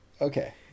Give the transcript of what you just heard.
Okay